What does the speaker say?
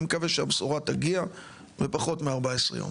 מקווה שהבשורה תגיע בפחות מ-14 יום.